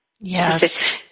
Yes